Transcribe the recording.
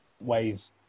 ways